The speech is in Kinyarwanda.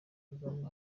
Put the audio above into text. kagame